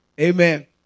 Amen